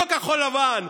לא כחול לבן,